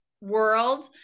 world